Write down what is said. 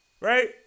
right